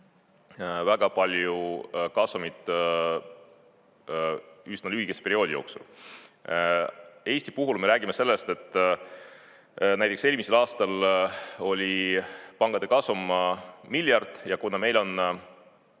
väga palju kasumit üsna lühikese perioodi jooksul. Eesti puhul me räägime sellest, et näiteks eelmisel aastal oli pankade kasum miljard. Ja kuna meil on